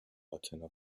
اتنا